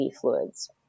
fluids